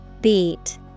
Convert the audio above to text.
Beat